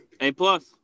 A-plus